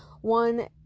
one